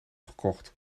gekocht